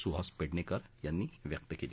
सुहास पेडणेकर यांनी व्यक्त केली